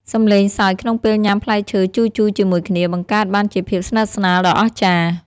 សំឡេងសើចក្នុងពេលញ៉ាំផ្លែឈើជូរៗជាមួយគ្នា បង្កើតបានជាភាពស្និទ្ធស្នាលដ៏អស្ចារ្យ។